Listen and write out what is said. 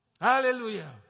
hallelujah